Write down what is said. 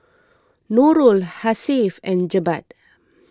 Nurul Hasif and Jebat